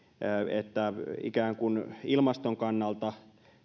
että ikään kuin ilmaston kannalta